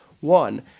one